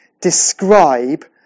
describe